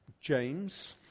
James